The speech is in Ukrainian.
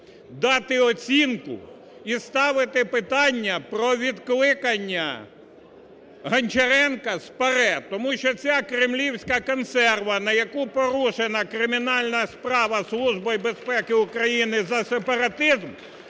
Дати оцінку і ставити питання про відкликання Гончаренка з ПАРЄ, тому що ця "кремлівська консерва", на яку порушена кримінальна справа Службою безпеки